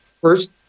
First